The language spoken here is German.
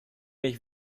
mich